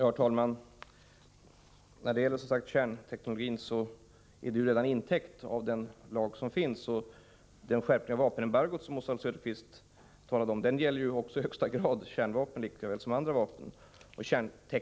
Herr talman! Exporten av kärnteknologi täcks in av den lag som antogs 1984. Den skärpning av vapenembargot som Oswald Söderqvist talade om gäller också i högsta grad kärnvapen lika väl som andra vapen.